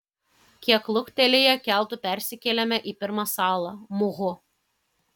kiek luktelėję keltu persikėlėme į pirmą salą muhu